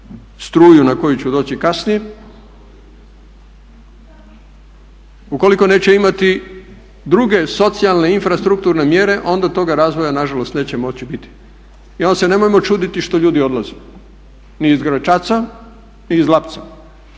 struju na koju ću doći kasnije, ukoliko neće imati druge socijalne i infrastrukturne mjere onda toga razvoja nažalost neće moći biti. I onda se nemojmo čuditi što ljudi odlazi ni iz Gračaca, ni iz Lapca